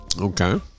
Okay